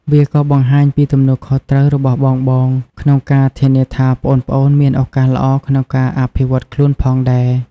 វាក៏បង្ហាញពីទំនួលខុសត្រូវរបស់បងៗក្នុងការធានាថាប្អូនៗមានឱកាសល្អក្នុងការអភិវឌ្ឍខ្លួនផងដែរ។